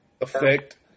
effect